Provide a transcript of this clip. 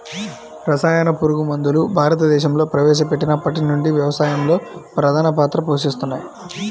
రసాయన పురుగుమందులు భారతదేశంలో ప్రవేశపెట్టినప్పటి నుండి వ్యవసాయంలో ప్రధాన పాత్ర పోషిస్తున్నాయి